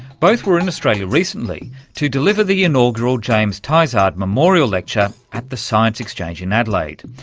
both were in australia recently to deliver the inaugural james tizard memorial lecture at the science exchange in adelaide.